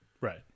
right